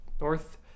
north